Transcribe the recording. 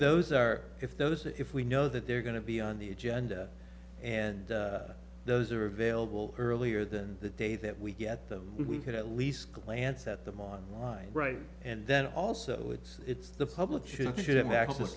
those are if those if we know that they're going to be on the agenda and those are available earlier than the day that we get them we could at least glance at them on line right and then also it's the public should should have access